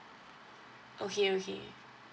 okay okay